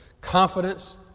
confidence